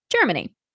Germany